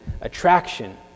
attraction